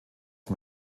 dem